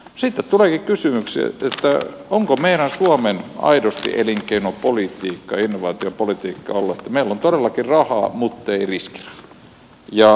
sitten tuleekin kysymys että voiko meidän suomen elinkeinopolitiikka innovaatiopolitiikka aidosti olla että meillä on todellakin rahaa muttei riskirahaa